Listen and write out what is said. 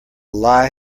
lie